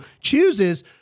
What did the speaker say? chooses